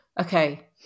Okay